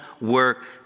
work